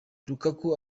lukaku